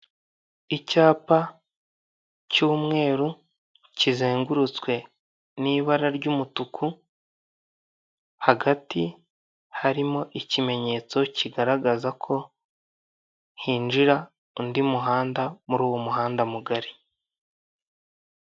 Icyapa cy'umweru, kizengurutswe n'ibara ry'umutuku, hagati harimo ikimenyetso kigaragaza ko hinjira undi muhanda, muri uwo muhanda mugari.